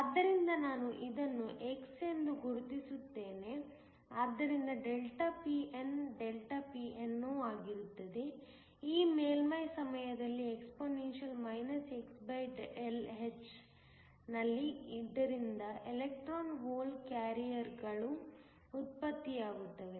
ಆದ್ದರಿಂದ ನಾನು ಇದನ್ನು x ಎಂದು ಗುರುತಿಸುತ್ತೇನೆ ಆದ್ದರಿಂದ ΔPn ΔPno ಆಗಿರುತ್ತದೆ ಈ ಮೇಲ್ಮೈ ಸಮಯದಲ್ಲಿ exp ನಲ್ಲಿಇದರಿಂದ ಎಲೆಕ್ಟ್ರಾನ್ ಹೋಲ್ ಕ್ಯಾರಿಯರ್ಗಳು ಉತ್ಪತ್ತಿಯಾಗುತ್ತವೆ